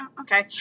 okay